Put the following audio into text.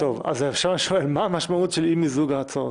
עכשיו אני שואל מה המשמעות של אי מיזוג ההצעות?